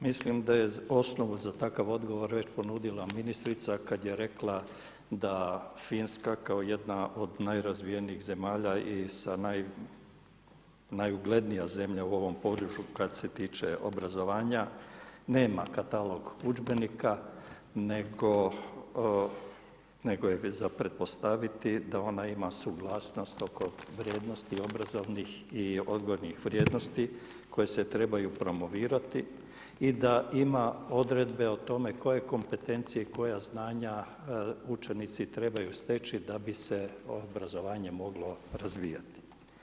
Mislim da je osnov za takav odgovor već ponudila ministrica kad je rekla da Finska kao jedna od najrazvijenijih zemalja i najuglednija zemlja u ovom području kad se tiče obrazovanja, nema katalog udžbenika nego je već za pretpostaviti da ona ima suglasnost oko vrijednosti obrazovnih i odgojnih vrijednosti koje se trebaju promovirati i da ima odredbe o tome koje kompetencije i koja znanja učenici trebaju steći da bi se obrazovanje moglo razvijati.